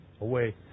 away